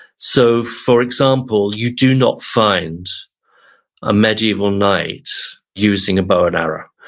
so for example, you do not find a medieval knight using a bow and arrow.